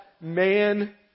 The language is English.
man